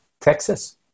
Texas